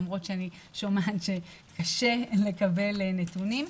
למרות שאני שומעת שקשה לקבל נתונים.